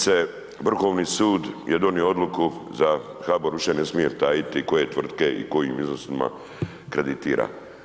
Kolegice Vrhovni sud je donio odluku za HBOR više ne smije tajiti koje tvrtke i kojim iznosima kreditira.